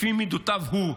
לפי מידותיו הוא,